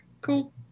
cool